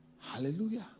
Hallelujah